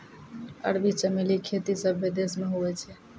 अरबी चमेली खेती सभ्भे देश मे हुवै छै